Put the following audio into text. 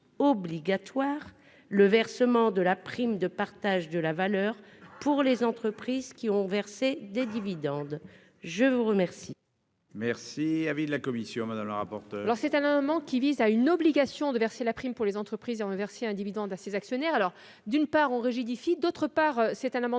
obligatoire le versement de la prime de partage de la valeur pour les entreprises qui ont versé des dividendes. Quel